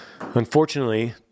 Unfortunately